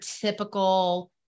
typical